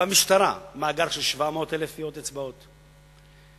במשטרה מאגר של 700,000 טביעות אצבעות,